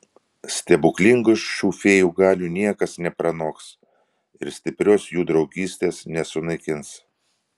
stebuklingų šių fėjų galių niekas nepranoks ir stiprios jų draugystės nesunaikins